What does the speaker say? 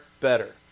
better